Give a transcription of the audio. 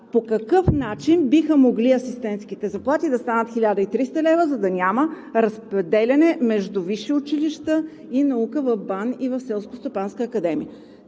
По какъв начин биха могли асистентските заплати да станат 1300 лв., за да няма разпределяне между висши училища и наука в БАН и в